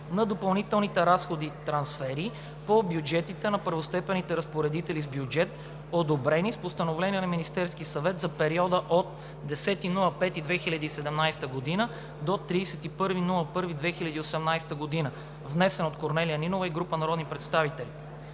на допълнителните разходи/трансфери по бюджетите на първостепенните разпоредители с бюджет, одобрени с постановления на Министерския съвет, за периода от 10 май 2017 г. до 31 януари 2018 г., внесен от Корнелия Нинова и група народни представители